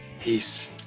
Peace